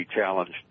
challenged